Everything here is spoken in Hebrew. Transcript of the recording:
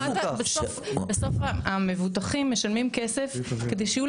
בסוף המבוטחים משלמים כסף כדי שיהיו